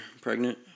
pregnant